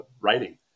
writing